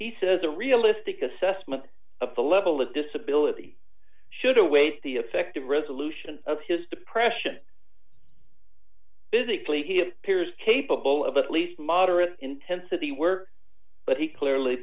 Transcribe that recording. he says a realistic assessment of the level of disability should await the effective resolution of his depression physically he appears capable of at least moderate intensity work but he clearly